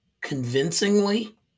convincingly